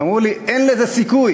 אמרו לי: אין לזה סיכוי.